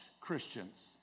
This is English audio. Christians